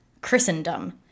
Christendom